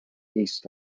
east